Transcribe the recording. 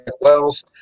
Wells